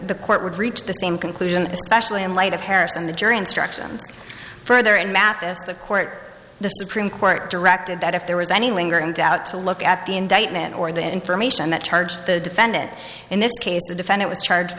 the court would reach the same conclusion is especially in light of harris and the jury instructions further in mathis the court the supreme court directed that if there was any lingering doubt to look at the indictment or the information that charged the defendant in this case the defendant was charged